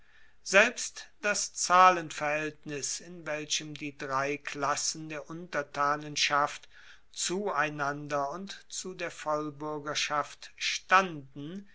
selbst das zahlenverhaeltnis in welchem die drei klassen der untertanenschaft zueinander und zu der vollbuergerschaft standen